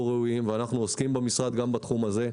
ראויים ואנחנו עוסקים במשרד גם בתחום הזה,